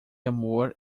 amor